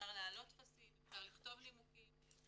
אפשר להעלות טפסים, אפשר לכתוב נימוקים.